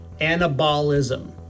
anabolism